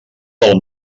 del